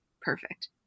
perfect